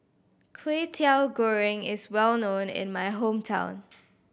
Kway Teow Goreng is well known in my hometown